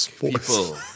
People